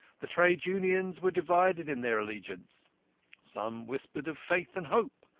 the trade unions were divided in their allegiance some whispered of faith and hope,